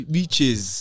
Beaches